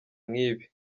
nk’ibi